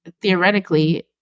theoretically